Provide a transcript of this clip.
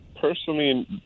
personally